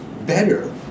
better